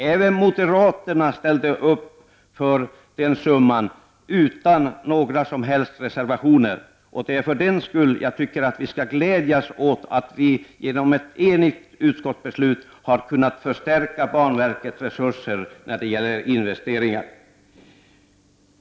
Även moderaterna ställde upp för den summan utan några som helst reservationer. Jag tycker att vi skall glädjas över att vi genom ett enigt utskottsbeslut har kunnat förstärka banverkets resurser när det gäller investeringar.